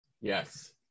yes